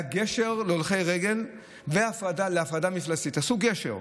היה גשר להולכי רגל להפרדה מפלסית, עשו גשר,